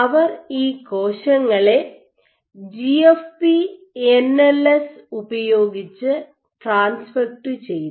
അവർ ഈ കോശങ്ങളെ GFP N L S ഉപയോഗിച്ച് ട്രാൻസ്ഫെക്ട് ചെയ്തു